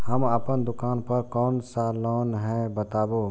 हम अपन दुकान पर कोन सा लोन हैं बताबू?